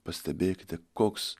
pastebėkite koks